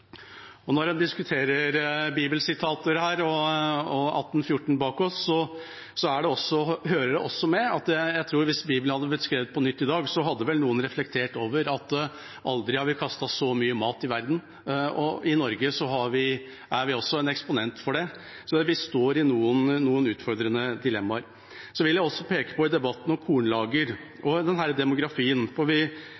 hvis Bibelen hadde blitt skrevet på nytt i dag, hadde vel noen reflektert over at vi aldri har kastet så mye mat i verden. I Norge er vi også en eksponent for det, så vi står i noen utfordrende dilemmaer. Jeg vil i debatten om kornlager og demografi peke på at vi ikke kan verne matjord fra å gro igjen ute i